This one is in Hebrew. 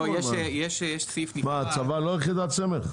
מה, הצבא לא יחידת סמך?